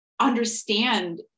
understand